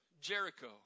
Jericho